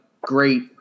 great